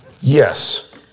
Yes